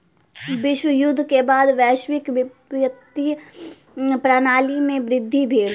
विश्व युद्ध के बाद वैश्विक वित्तीय प्रणाली में वृद्धि भेल